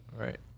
Right